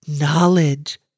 Knowledge